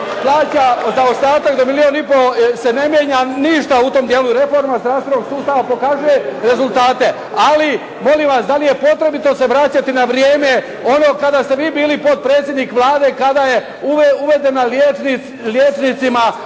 plaća zaostatak do milijun i pol se ne mijenja ništa u tom dijelu reforme zdravstvenog sustava pokazuje rezultate, ali molim vas da li je potrebito se vraćati na vrijeme ono kada ste vi bili potpredsjednik Vlade, kada je uvedena liječnicima